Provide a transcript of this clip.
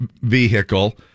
vehicle